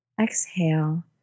Exhale